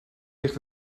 ligt